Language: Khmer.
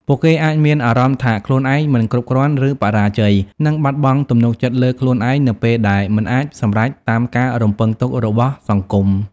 ពួកគេអាចមានអារម្មណ៍ថាខ្លួនឯងមិនគ្រប់គ្រាន់ ឬបរាជ័យ និងបាត់បង់ទំនុកចិត្តលើខ្លួនឯង នៅពេលដែលមិនអាចសម្រេចតាមការរំពឹងទុករបស់សង្គម ។